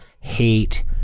hate